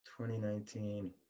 2019